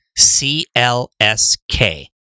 CLSK